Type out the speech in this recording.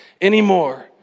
anymore